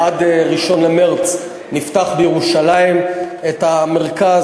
עד 1 במרס נפתח בירושלים את המרכז.